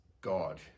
God